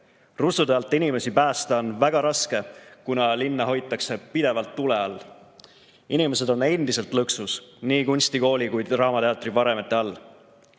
Rusude alt inimesi päästa on väga raske, kuna linna hoitakse pidevalt tule all. Inimesed on endiselt lõksus nii kunstikooli kui draamateatri varemete